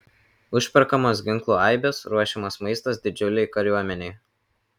užperkamos ginklų aibės ruošiamas maistas didžiulei kariuomenei